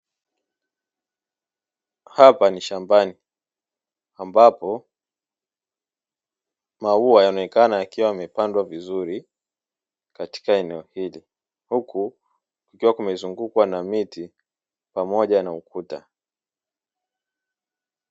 Hapa ni shambani ambapo maua yanaonekana yakiwa yamepandwa vizuri katika eneo hili, huku kukiwa kumezungukwa na miti pamoja na ukuta.